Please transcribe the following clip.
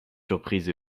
surprise